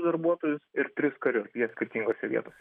darbuotojus ir tris karius jie skirtingose vietose